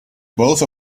both